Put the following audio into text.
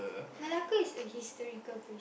Malacca is a historical place